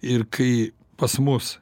ir kai pas mus